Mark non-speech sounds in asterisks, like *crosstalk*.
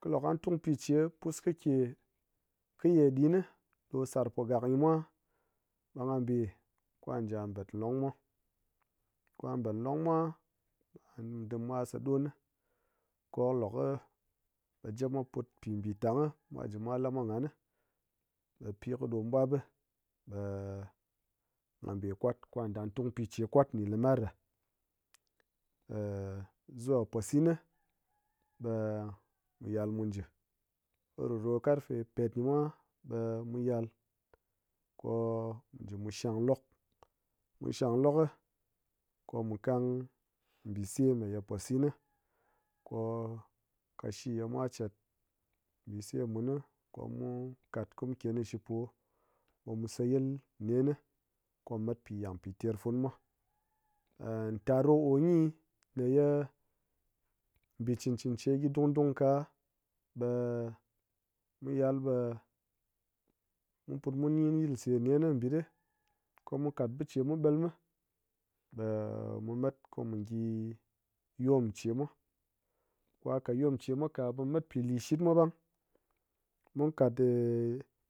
Kɨ lok ngha tung pichi kɨ pus kɨ ye ke ɗo sarpogak gyimwa ɓe ngha be ka̱ ji ngha bat longmwa, kwa bat longmwa kɨ mwa dim mwa sa ɗon ni ko kɨ lok kɨ ɓe japmwa put pi mbitang mwa ji mwa lamwa nghani ɓe pi kɨ ɗom ɓwapɓi ɓe- *hesitation* ngha be kwat kwa dim ngha tung piche kwat ɗin limar ɗa, *hesitation* zuwa posin ŋi ɓe-e mu yal mu ji kiru ɗo karfi pet ghi mwa ɓe mu yal ko-o-o-mu ji mu shang lok, mu shang lok kɨ mu kang mbise me posin ni ko kashi ye mwa chat mbise muni ko mu kat kɨ mu ke gyi shipo ɓe mu sayil nen komu mat pi yang piter funu mwa. *hesitation* tar ɗo kogyi ne ye-e mbi chɨn chɨn che gyi dung dung ka ɓe mu yal ɓe mu put mu gyin yilse nen mbitɗi komu kat biche mu ɓalm mi ɓe mu put mu gyi yom chemwa, ko ha kat yom chemwa ka ɓe ha mat pi lishitmwa ɓang,